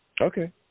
okay